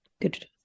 good